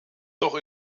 doch